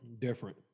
Different